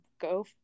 go